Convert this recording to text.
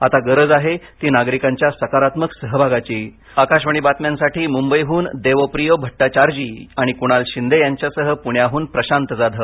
आता गरज आहे ती नागरिकांच्या सकारात्मक सहभागाची आकाशवाणी बातम्यांसाठी मुंबईहून देवप्रियो भट्टाचार्य आणि कुणाल शिंदे यांच्यासह पुण्याहून प्रशांत जाधव